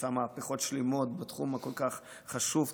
עושה מהפכות שלמות בתחום הכל-כך חשוב הזה,